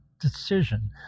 decision